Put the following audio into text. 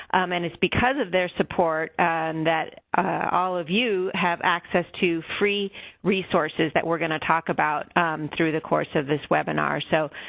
and it's because of their support and that all of you have access to free resources that we're going to talk about through the course of this webinar. so,